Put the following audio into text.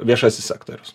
viešasis sektorius